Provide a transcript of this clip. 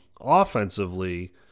offensively